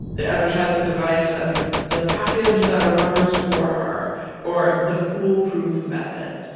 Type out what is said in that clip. they advertise the device as the package that remembers for her or the foolproof method.